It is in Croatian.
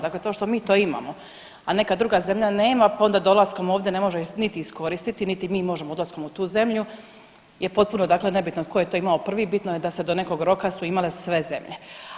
Dakle to što mi to imamo, a neka druga zemlja nema pa onda dolaskom ovdje ne može niti iskoristiti niti mi možemo ulaskom u tu zemlju je potpuno dakle nebitno tko je to imao prvi, bitno je da se do nekog roka su imale sve zemlje.